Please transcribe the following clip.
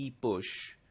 push